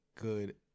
good